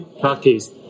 practice